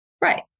Right